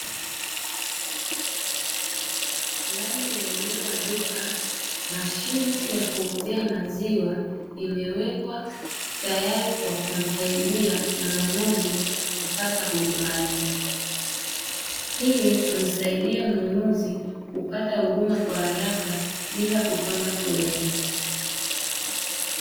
Ndani ya eneo la duka, mashine ya kuuzia maziwa limewekwa tayari kwa kumsaidia mnunuzi kupata huduma hii. Hii humsaidia mnunuzi kupata huduma kwa haraka bila kupanga foleni.